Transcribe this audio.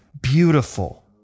beautiful